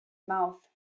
mouth